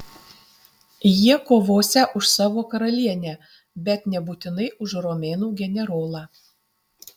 jie kovosią už savo karalienę bet nebūtinai už romėnų generolą